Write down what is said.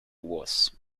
was